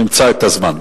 נמצא את הזמן.